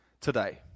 today